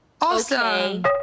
Awesome